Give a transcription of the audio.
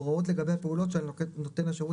הוראות לגבי הפעולות שעל נותן השירות